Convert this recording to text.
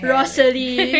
Rosalie